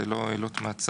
זה לא עילות מעצר,